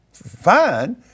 fine